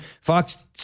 Fox